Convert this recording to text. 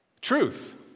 Truth